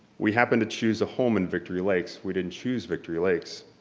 we happened to choose a home in victory lakes, we didn't choose victory lakes.